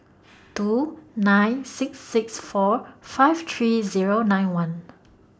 two nine six six four five three Zero nine one